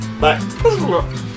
Bye